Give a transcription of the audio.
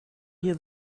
hear